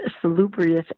salubrious